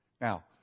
Now